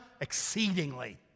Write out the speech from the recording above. exceedingly